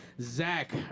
Zach